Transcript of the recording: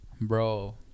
bro